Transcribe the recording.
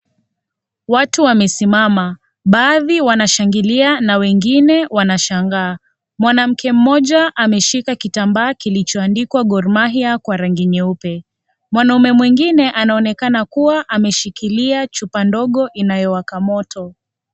Watu wamesimama, baadhi wanashangilia na wengine wanashangaa. Mwanamke mmoja ameshika kitambaa kilichoandikwa Gor Mahia kwa rangi nyeupe. Mwanamume mwengine anaonekana kuwa ameshikilia chupa ndogo inayowaka moto.